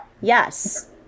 Yes